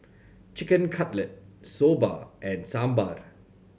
Chicken Cutlet Soba and Sambar